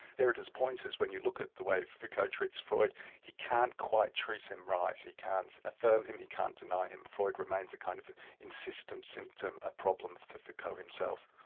derrida's point is, when you look at the way foucault treats freud he can't quite treat him right, he can't affirm him, he can't deny him, freud remains a kind of insistent symptom, a problem for foucault himself.